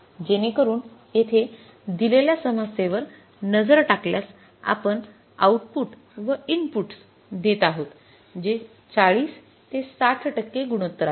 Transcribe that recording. जेणेकरून येथे दिलेल्या समस्येवर नजर टाकल्यास आपण आऊटपुट व इनपुटस देत आहोत जे ४० ते ६० टक्के गुणोत्तर आहे